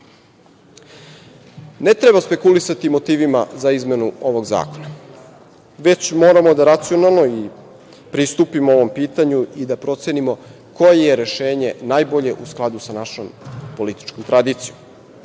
treba spekulisati motivima za izmenu ovog zakona, već moramo da racionalno pristupimo ovom pitanju i da procenimo koje je rešenje najbolje u skladu sa našom političkom tradicijom. Ovo